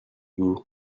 vous